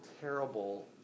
terrible